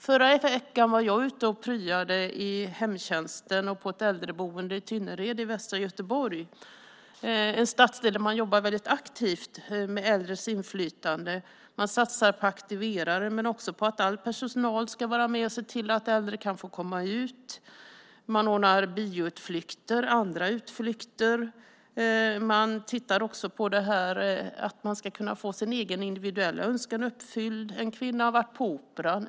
Förra veckan var jag ute och pryade i hemtjänsten och på ett äldreboende i Tynnered i västra Göteborg. Det är en stadsdel där man jobbar väldigt aktivt med äldres inflytande. Man satsar på aktiverare men också på att all personal ska vara med och se till att äldre kan få komma ut. Man ordnar bioutflykter och andra utflykter. Man tittar också på det här med att man ska kunna uppfylla individuella önskningar. En kvinna har varit på operan.